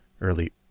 early